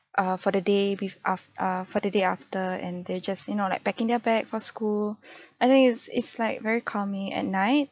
err for the day be aft~ err for the day after and they're just you know like packing their bag for school I think it's it's like very calming at night